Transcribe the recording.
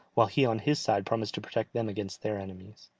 while he on his side promised to protect them against their enemies.